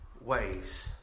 ways